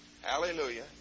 Hallelujah